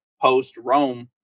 post-Rome